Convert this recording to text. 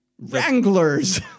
Wranglers